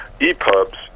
e-pubs